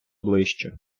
ближче